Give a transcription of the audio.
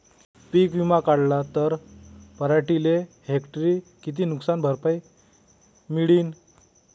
पीक विमा काढला त पराटीले हेक्टरी किती नुकसान भरपाई मिळीनं?